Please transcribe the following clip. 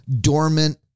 dormant